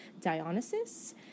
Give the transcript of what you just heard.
Dionysus